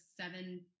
seven